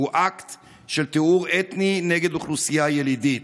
שהוא אקט של טיהור אתני נגד אוכלוסייה ילידית.